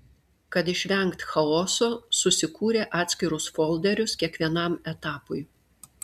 kad išvengt chaoso susikūrė atskirus folderius kiekvienam etapui